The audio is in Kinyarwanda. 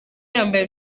yambaye